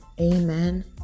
amen